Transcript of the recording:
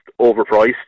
overpriced